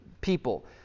people